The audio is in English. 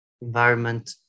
environment